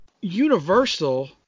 Universal